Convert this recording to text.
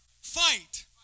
Fight